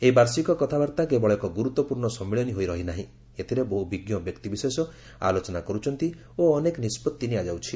ଏହି ବାର୍ଷିକ କଥାବାର୍ତ୍ତା କେବଳ ଏକ ଗୁରୁତ୍ୱପୂର୍ଣ୍ଣ ସମ୍ମିଳନୀ ହୋଇ ରହିନାହିଁ ଏଥିରେ ବହୁ ବିଜ୍ଞ ବ୍ୟକ୍ତିବିଶେଷ ଆଲୋଚନା କରୁଛନ୍ତି ଓ ଅନେକ ନିଷ୍ପଭି ନିଆଯାଉଛି